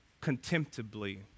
contemptibly